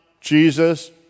Jesus